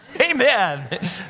Amen